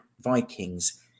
Vikings